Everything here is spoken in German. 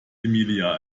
emilia